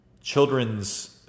children's